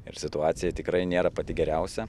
ir situacija tikrai nėra pati geriausia